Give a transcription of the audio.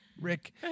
Rick